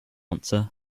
answer